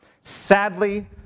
Sadly